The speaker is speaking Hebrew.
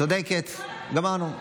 צודקת, גמרנו.